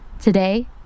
Today